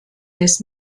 des